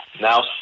now